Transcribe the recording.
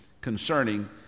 concerning